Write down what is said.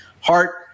heart